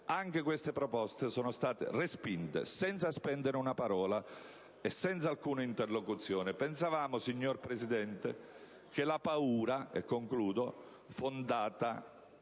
Anche queste proposte sono state respinte, senza spendere una parola e senza alcuna interlocuzione. Pensavamo, signora Presidente, che la paura, purtroppo